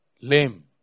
Lame